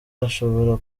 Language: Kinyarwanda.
ashobora